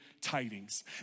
tidings